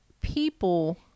people